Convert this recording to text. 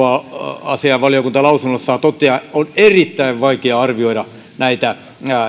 arvoasiainvaliokunta lausunnossaan toteaa on erittäin vaikeaa arvioida näitä